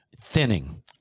thinning